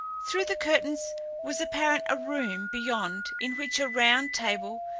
through the curtains was apparent a room beyond, in which a round table,